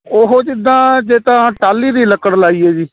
ਉਹ ਜਿੱਦਾਂ ਜੇ ਤਾਂ ਟਾਹਲੀ ਦੀ ਲੱਕੜ ਲਾਈਏ ਜੀ